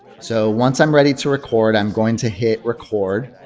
so once i'm ready to record i'm going to hit record.